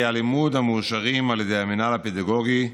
הלימוד המאושרים על ידי המינהל הפדגוגי,